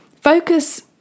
focus